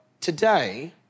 Today